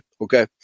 okay